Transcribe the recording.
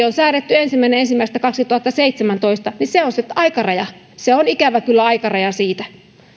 on säädetty ensimmäinen ensimmäistä kaksituhattaseitsemäntoista se on se aikaraja se on ikävä kyllä aikaraja